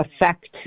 affect